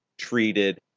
treated